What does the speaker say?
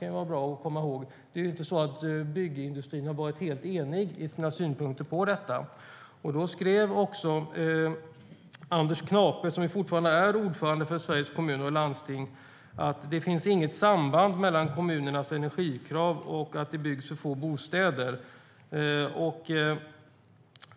Det kan vara bra att komma ihåg att byggindustrin inte har varit helt enig i sina synpunkter på detta. De skrev: "Det finns inget samband mellan kommunernas energikrav och att det byggs för få bostäder."